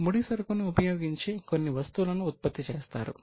మీరు ముడి సరుకును ఉపయోగించి కొన్ని వస్తువులను ఉత్పత్తి చేస్తారు